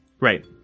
Right